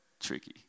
tricky